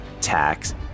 tax